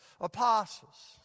apostles